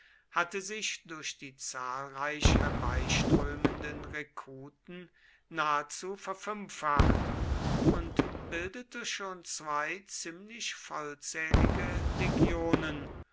hatte sich durch die zahlreich herbeiströmenden rekruten nahezu verfünffacht und bildete schon zwei ziemlich vollzählige legionen